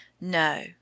NO